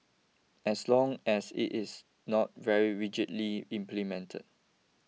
as long as it is not very rigidly implemented